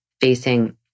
facing